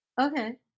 Okay